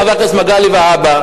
חבר הכנסת מגלי והבה,